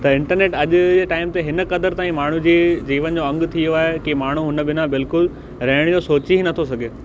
त इंटरनेट अॼ जे टाइम ते हिन क़द्र ताईं माण्हू जे जीवन जो अंग थी वियो आहे की माण्हू हुन बिना बिल्कुलु रहण जो सोचे ई नथो सघे